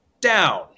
down